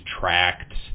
tracts